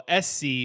SC